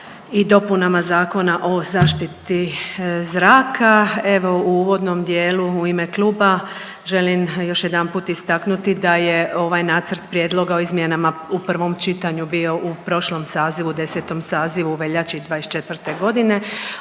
i dopunama Zakona o zaštiti zraka. Evo u uvodnom dijelu u ime kluba želim još jedanput istaknuti da je ovaj nacrt prijedloga o izmjenama u prvom čitanju bio u prošlom sazivu, 10. sazivu u veljači '24. godine.